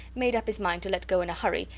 made up his mind to let go in a hurry,